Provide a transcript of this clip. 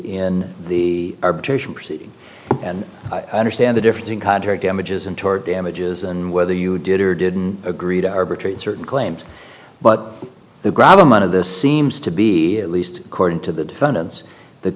in the arbitration proceeding and i understand the difference in contrary damages and tort damages and whether you did or didn't agree to arbitrate certain claims but the grab amount of this seems to be at least according to the defendants th